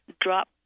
drop